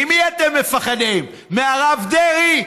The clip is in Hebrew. ממי אתם מפחדים, מהרב דרעי?